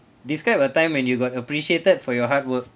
describe a time when you got appreciated for your hard work